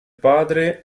padre